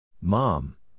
Mom